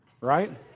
right